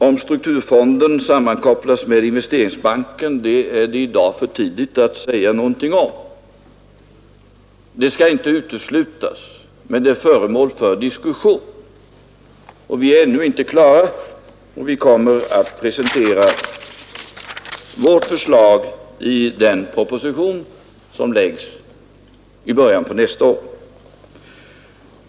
Om strukturfonden sammankopplas med Investeringsbanken, herr Sjönell, är det i dag för tidigt att säga någonting om. Det skall inte uteslutas, men det är föremål för diskussion. Vi är ännu inte klara. Vi kommer att presentera vårt förslag i den proposition som framläggs i början av nästa år.